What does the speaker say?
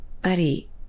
buddy